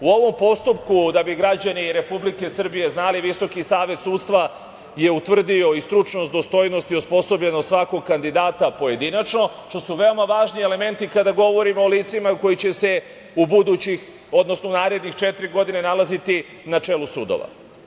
U ovom postupku da bi građani Republike Srbije znali, Visoki savet sudstva je utvrdio i stručnost, dostojnosti i osposobljenost svakog kandidata pojedinačno što su veoma važni elementi kada govorimo o licima koji će se u budućih, odnosno u narednih četiri godina nalaziti i na čelu sudova.